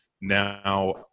Now